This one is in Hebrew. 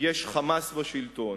יש "חמאס" בשלטון,